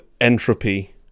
Entropy